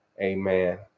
Amen